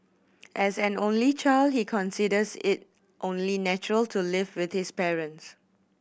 as an only child he considers it only natural to live with his parents